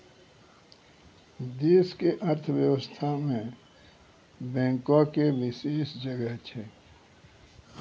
देश के अर्थव्यवस्था मे बैंको के विशेष जगह छै